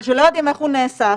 אבל שלא יודעים איך הוא נעשה,